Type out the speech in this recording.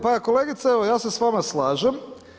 Pa kolegice, evo ja se s vama slažem.